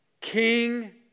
king